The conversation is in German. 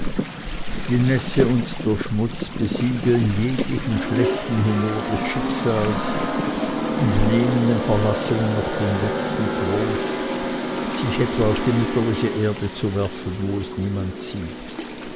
die nässe und der schmutz besiegeln jeglichen schlechten humor des schicksals und nehmen dem verlassenen noch den letzten trost sich etwa auf die mütterliche erde zu werfen wo es niemand sieht